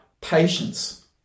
patience